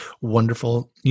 wonderful